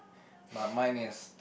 my mind is